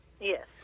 Yes